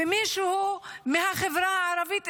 ומישהו מהחברה הערבית,